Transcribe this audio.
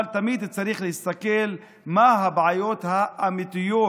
אבל תמיד צריך להסתכל מה הבעיות האמיתיות,